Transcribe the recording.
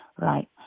Right